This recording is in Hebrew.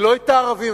ולא את הערבים.